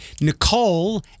Nicole